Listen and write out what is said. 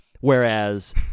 Whereas